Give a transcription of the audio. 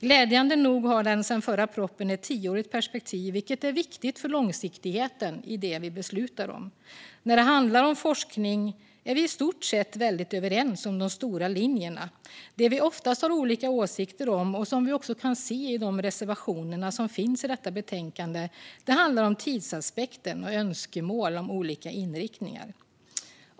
Glädjande nog har den numera, sedan den förra propositionen, ett tioårigt perspektiv, vilket är viktigt för långsiktigheten i det vi beslutar om. När det handlar om forskning är vi i stort sett väldigt överens om de stora linjerna. Det vi oftast har olika åsikter om, vilket vi också kan se i de reservationer som finns i betänkandet, handlar om tidsaspekten och önskemål om olika inriktningar.